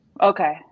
Okay